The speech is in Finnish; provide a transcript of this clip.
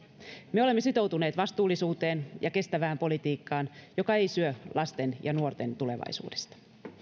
me olemme sitoutuneet vastuullisuuteen ja kestävään politiikkaan joka ei syö lasten ja nuorten tulevaisuudesta